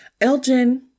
Elgin